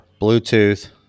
bluetooth